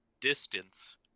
distance